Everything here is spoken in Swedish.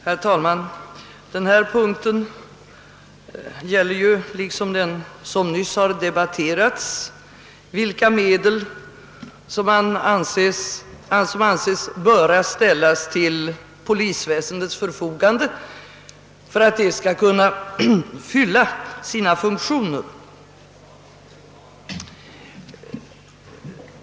Herr talman! Denna punkt gäller, liksom den som nyss har debatterats, vilka medel som anses böra ställas till polisväsendets förfogande för att det skall kunna fylla sina funktioner.